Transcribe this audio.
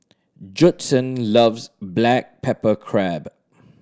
Judson loves black pepper crab